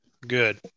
Good